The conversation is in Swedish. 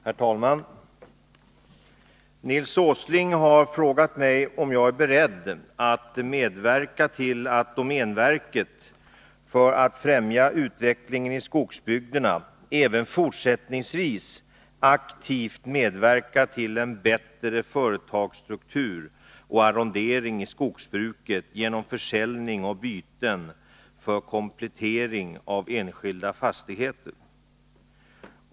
Herr talman! Nils Åsling har frågat mig om jag är beredd att medverka till att domänverket för att främja utvecklingen i skogsbygderna även fortsättningsvis aktivt medverkar till en bättre företagsstruktur och arrondering i skogsbruket genom försäljning och byten för komplettering av enskilda fastigheter.